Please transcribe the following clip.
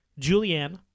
Julianne